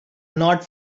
not